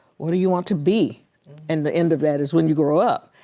what do you want to be and the end of that is when you grow up.